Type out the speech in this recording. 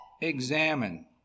examine